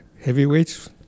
heavyweights